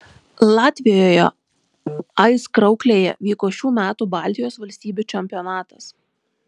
latvijoje aizkrauklėje vyko šių metų baltijos valstybių čempionatas